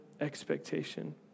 expectation